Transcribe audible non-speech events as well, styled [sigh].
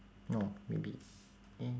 oh maybe [noise]